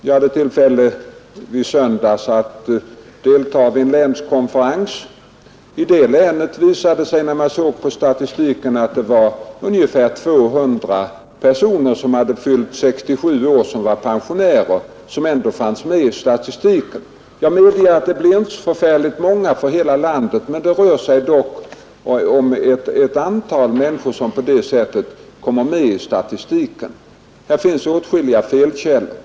I söndags hade jag tillfälle att delta i en länskonferens, och när vi då såg på arbetslöshetsstatistiken för det länet visade det sig att ungefär 200 personer hade fyllt 67 år och alltså var pensionärer, men de fanns ändå med i statistiken. Jag medger att det inte blir så förskräckligt många för hela landet, men det är dock ett antal människor som kommer med i arbetslöshetssiffrorna på det sättet. Där finns sålunda åtskilliga felkällor.